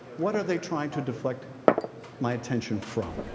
what are they trying to deflect my attention from?